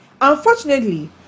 Unfortunately